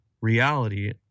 reality